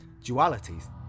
dualities